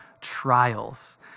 trials